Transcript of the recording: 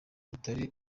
rutari